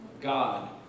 God